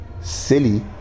silly